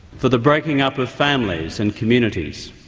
for the breaking up of families and communities,